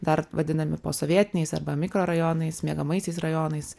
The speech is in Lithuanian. dar vadinami posovietiniais arba mikrorajonais miegamaisiais rajonais